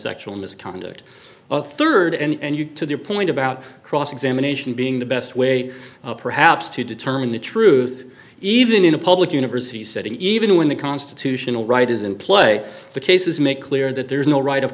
sexual misconduct rd and you to their point about cross examination being the best way perhaps to determine the truth even in a public university setting even when the constitutional right is in play the cases make clear that there is no right of